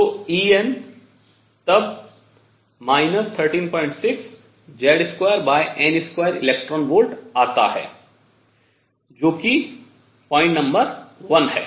तो En तब 136 Z2n2 eV आता है जो कि बिंदु संख्या एक है